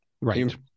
Right